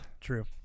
True